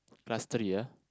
class three ah